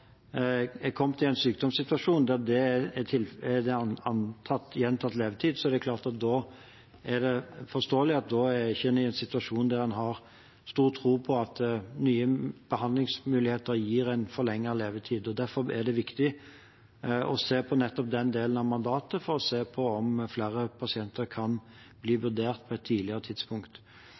er kommet i en sykdomssituasjon der det er antatt gjenstående levetid, er det klart at det er forståelig at en ikke er i en situasjon der en har stor tro på at nye behandlingsmuligheter gir en forlenget levetid. Derfor er det viktig å se på nettopp den delen av mandatet, for å se om flere pasienter kan bli vurdert på et tidligere tidspunkt.